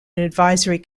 advisory